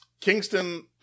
Kingston